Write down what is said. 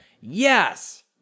Yes